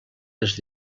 les